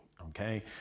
okay